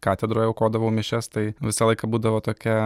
katedroj aukodavau mišias tai visą laiką būdavo tokia